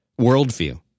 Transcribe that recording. worldview